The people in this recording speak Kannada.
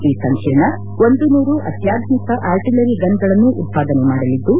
ಈ ಸಂಕೀರ್ಣ ಒಂದು ನೂರು ಅತ್ಲಾಧುನಿಕ ಆರ್ಟಲರಿ ಗನ್ಗಳನ್ನು ಉತ್ಪಾದನೆ ಮಾಡಲಿದ್ದು